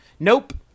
Nope